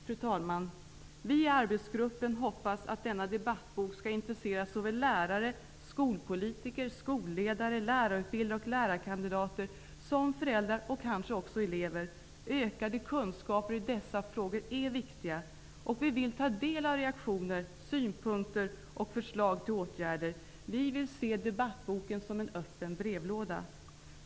Fru talman! Vi i arbetsgruppen hoppas att debattantologin skall intressera såväl lärare, skolpolitiker, skolledare, lärarutbildare och lärarkandidater som föräldrar och kanske också elever. Ökade kunskaper i dessa frågor är viktiga. Och vi vill ta del av reaktioner, synpunkter och förslag till åtgärder. Vi vill se debattboken som en öppen brevlåda.